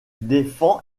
défend